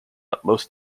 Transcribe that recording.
utmost